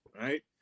right